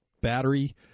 battery